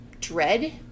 dread